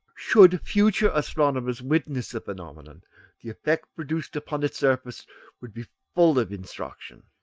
should future astronomers witness the phenomenon the effect produced upon its surface would be full of instruction.